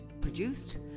produced